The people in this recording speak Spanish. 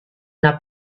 una